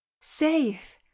safe